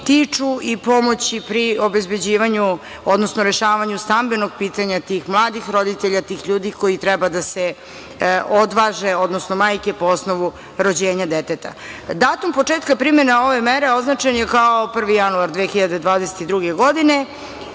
tiču i pomoći pri obezbeđivanju, odnosno rešavanju stambenog pitanja tih mladih roditelja, tih ljudi koji treba da se odvaže, odnosno majke po osnovu rođenja deteta. Datum početka primene ove mere označen je kao 1. januar 2022. godine,